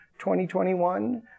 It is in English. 2021